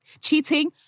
cheating